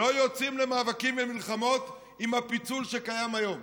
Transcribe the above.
לא יוצאים למאבקים ולמלחמות עם הפיצול שקיים היום.